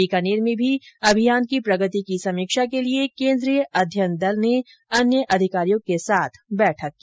बीकानेर में भी अभियान की प्रगति की समीक्षा के लिए केन्द्रीय अध्ययन दल ने अन्य अधिकारियों के साथ बैठक की